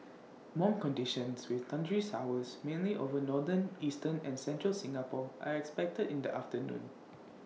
warm conditions with thundery showers mainly over northern eastern and central Singapore are expected in the afternoon